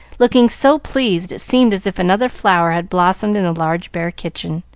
looking so pleased it seemed as if another flower had blossomed in the large bare kitchen.